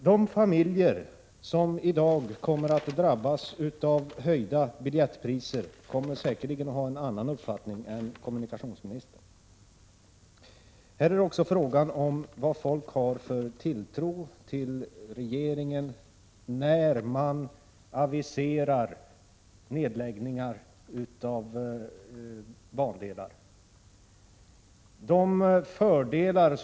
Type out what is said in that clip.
De familjer som kommer att drabbas av höjda biljettpriser kommer säkerligen att ha en annan uppfattning än kommunikationsministern. Här är det också fråga om vad folk har för tilltro till regeringen när det avviseras nedläggning av bandelar.